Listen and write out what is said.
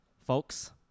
folks